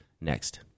next